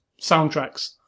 soundtracks